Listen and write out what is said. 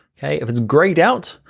okay? if it's grayed out,